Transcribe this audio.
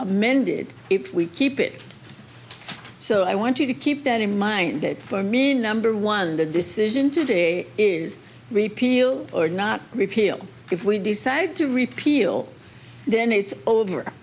amended if we keep it so i want you to keep that in mind that for me number one the decision today is repeal or not repeal if we decide to repeal then it's over